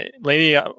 lady